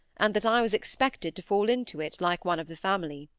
and that i was expected to fall into it, like one of the family.